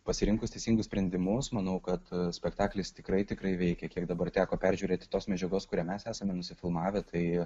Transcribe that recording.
pasirinkus teisingus sprendimus manau kad spektaklis tikrai tikrai veikia kiek dabar teko peržiūrėti tos medžiagos kurią mes esame nusifilmavę tai